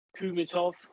Kumitov